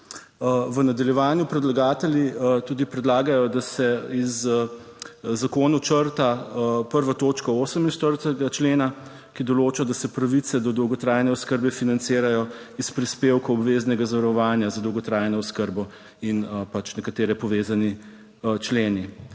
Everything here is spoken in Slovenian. V nadaljevanju predlagatelji tudi predlagajo, da se iz zakonov črta 1. točka 48. člena, ki določa, da se pravice do dolgotrajne oskrbe financirajo iz prispevkov obveznega zavarovanja za dolgotrajno oskrbo in pač nekatere povezani členi.